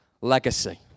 legacy